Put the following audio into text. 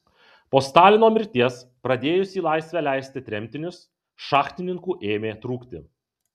po stalino mirties pradėjus į laisvę leisti tremtinius šachtininkų ėmė trūkti